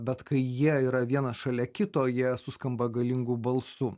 bet kai jie yra vienas šalia kito jie suskamba galingu balsu